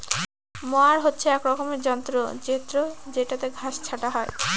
mower হচ্ছে এক রকমের যন্ত্র জেত্রযেটাতে ঘাস ছাটা হয়